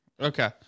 Okay